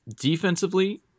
defensively